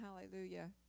hallelujah